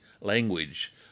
language